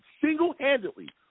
single-handedly